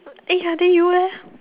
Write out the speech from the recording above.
eh ya then you leh